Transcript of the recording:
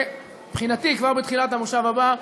ומבחינתי כבר בתחילת הכנס הבא,